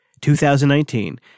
2019